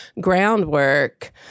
groundwork